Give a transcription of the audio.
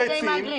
מתמרצים,